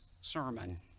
sermon